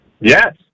Yes